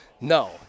No